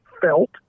felt